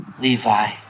Levi